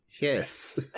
Yes